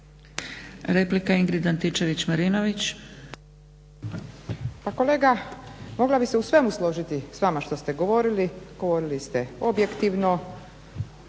Ingrid (SDP)** Pa kolega mogla bi se u svemu složiti s vama što ste govorili. Govorili ste objektivno,